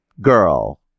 Girl